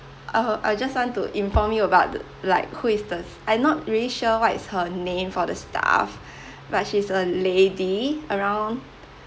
uh I just want to inform you about the like who is the I not really sure what is her name for the staff but she's a lady around